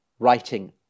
writing